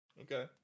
Okay